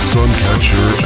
SunCatcher